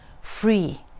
Free